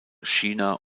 china